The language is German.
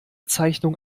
zeichnung